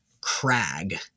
crag